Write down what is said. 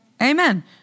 Amen